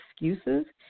excuses